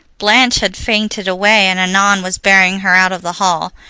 blanche had fainted away and annon was bearing her out of the hall.